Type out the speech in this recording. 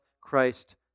Christ